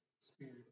spirit